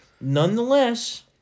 Nonetheless